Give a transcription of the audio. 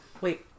Wait